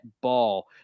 Ball